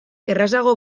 errazago